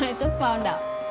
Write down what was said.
just found out.